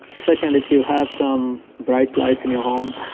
second, if you have some bright lights in your home,